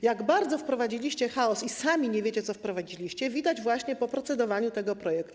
Jak bardzo wprowadziliście chaos i sami nie wiecie, co wprowadziliście, widać właśnie po procedowaniu nad tym projektem.